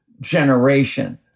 generation